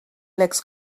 legs